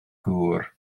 gŵr